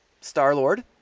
Star-Lord